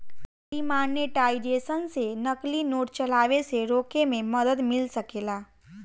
demonetisation से नकली note चलाए से रोके में मदद मिल सकेला